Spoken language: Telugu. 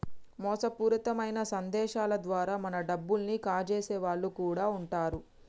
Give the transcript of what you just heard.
మోసపూరితమైన సందేశాల ద్వారా మన డబ్బుల్ని కాజేసే వాళ్ళు కూడా వుంటరు